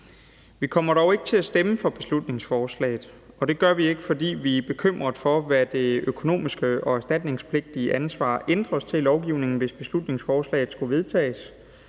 Vi kommer dog ikke til at stemme for beslutningsforslaget, og det gør vi ikke, fordi vi er bekymrede for, hvad det økonomiske og erstatningspligtige ansvar ændres til i lovgivningen, hvis beslutningsforslaget skulle vedtages.